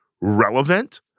relevant